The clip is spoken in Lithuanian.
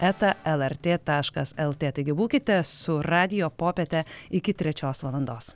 eta lrt taškas lt taigi būkite su radijo popiete iki trečios valandos